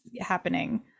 happening